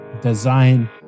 design